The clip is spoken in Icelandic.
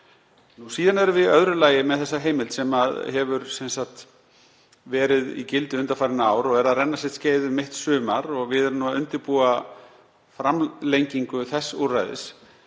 öðru lagi erum við með þessa heimild sem hefur verið í gildi undanfarin ár og er að renna sitt skeið um mitt sumar, og við erum að undirbúa framlengingu þess úrræðis,